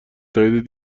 تایید